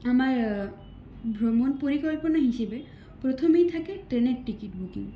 আমার ভ্রমণ পরিকল্পনা হিসেবে প্রথমেই থাকে ট্রেনের টিকিট বুকিং